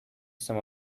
some